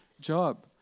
job